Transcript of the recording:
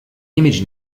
image